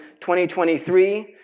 2023